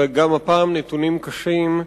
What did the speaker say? וגם הפעם הנתונים קשים.